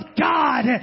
God